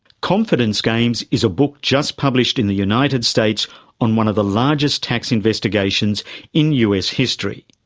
confidence games is a book just published in the united states on one of the largest tax investigations in us history.